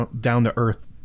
down-to-earth